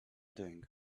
doing